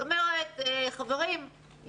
חברים,